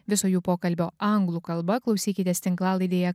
viso jų pokalbio anglų kalba klausykitės tinklalaidėje